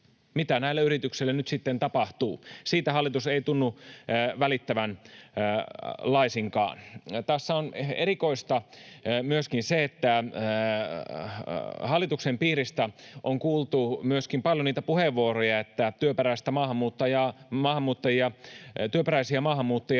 Mitä näille yrityksille nyt sitten tapahtuu? Siitä hallitus ei tunnu välittävän laisinkaan. Tässä on erikoista myöskin se, että hallituksen piiristä on kuultu myöskin paljon niitä puheenvuoroja, että työperäisiä maahanmuuttajia